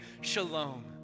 Shalom